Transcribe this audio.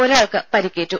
ഒരാൾക്ക് പരിക്കേറ്റു